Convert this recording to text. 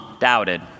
doubted